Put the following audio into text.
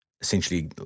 essentially